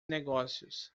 negócios